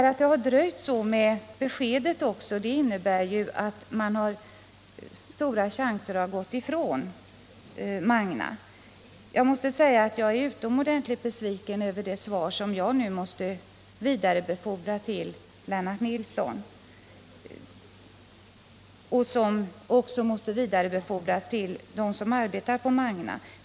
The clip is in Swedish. Att beskedet dröjt så länge har också medfört att stora chanser gått ifrån Magna. Jag är utomordentligt besviken över det svar jag fått och som jag nu måste vidarebefordra till Lennart Nilsson och även till dem som arbetar på Magna.